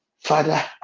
Father